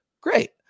Great